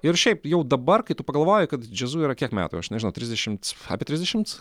ir šiaip jau dabar kai tu pagalvoji kad džiazu yra kiek metų aš nežinau trisdešimts apie apie trisdešimt